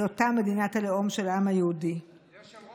חבר הכנסת אופיר כץ, עמדת כאן, נאמת,